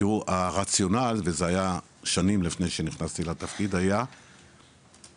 תראו הרציונל וזה היה שנים לפני שנכנסתי לתפקיד היה בגדול,